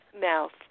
mouth